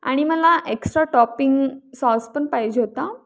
आणि मला extra topping sauce पण पाहिजे होता